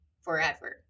forever